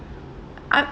I'm